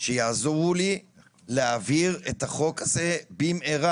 שיעזרו לי להעביר את החוק הזה במהרה.